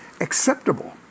Acceptable